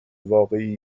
واقعی